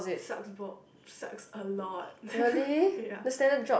it sucks Bob sucks a lot ya